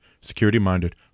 security-minded